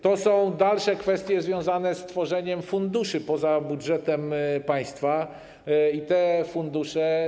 To są dalsze kwestie związane z tworzeniem funduszy poza budżetem państwa i te fundusze.